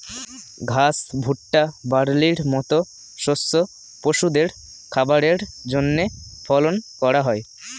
ঘাস, ভুট্টা, বার্লির মত শস্য পশুদের খাবারের জন্যে ফলন করা হয়